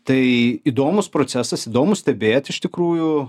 tai įdomus procesas įdomu stebėt iš tikrųjų